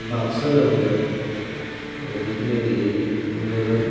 बाक्सा जाफैबाय बेनिफ्राय ओरै थांलायबाय